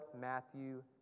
Matthew